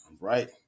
right